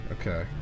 Okay